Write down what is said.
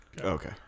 Okay